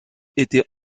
était